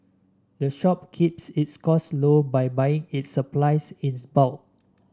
the shop keeps its costs low by buying its supplies in bulk